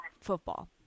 football